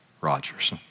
Rogers